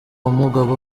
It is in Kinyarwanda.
mugabo